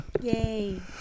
Yay